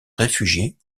réfugiées